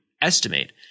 estimate